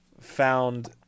found